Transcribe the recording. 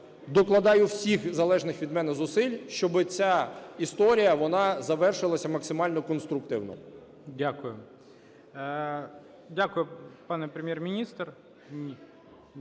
докладаю всіх залежних від мене зусиль, щоб ця історія, вона завершилась максимально конструктивно. ГОЛОВУЮЧИЙ. Дякую. Дякую, пане Прем'єр-міністр.